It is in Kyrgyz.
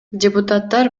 депутаттар